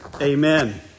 Amen